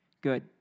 good